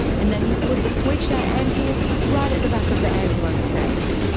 and that he'd put the switched out ampules right at the back of the ambulance safes.